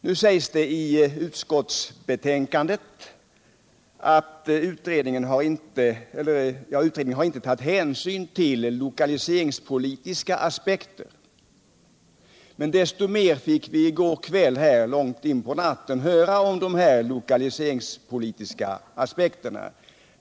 Nu sägs det i utskottets betänkande att utredningen inte har tagit hänsyn till lokaliseringspolitiska aspekter, men de aspekterna fick vi höra desto mera om i går kväll eller rättare långt in på natten.